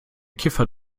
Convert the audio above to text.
kiffer